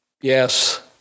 Yes